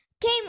came